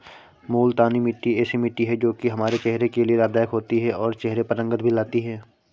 मूलतानी मिट्टी ऐसी मिट्टी है जो की हमारे चेहरे के लिए लाभदायक होती है और चहरे पर रंगत भी लाती है